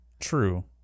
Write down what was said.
true